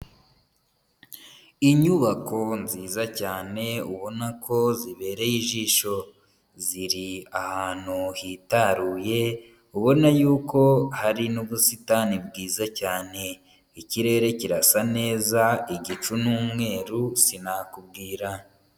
Iyubako nziza cyane ubona ko zibereye ijisho, ziri ahantu hitaruye ubona yuko hari n'ubusitani bwiza cyane, ikirere kirasa neza igicu n'umweru sinakubwira.